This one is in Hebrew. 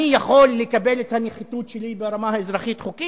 אני יכול לקבל את הנחיתות שלי ברמה האזרחית-חוקית?